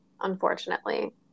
unfortunately